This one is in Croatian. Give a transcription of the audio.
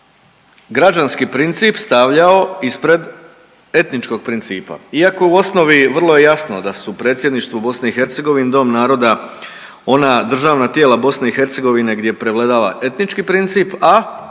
građanski princip stavljao ispred etničkog principa iako u osnovi vrlo je jasno da su predsjedništvo BiH i Dom naroda ona državna tijela BiH gdje prevladava etnički princip, a